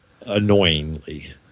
annoyingly